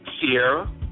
Sierra